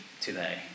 today